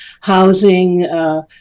housing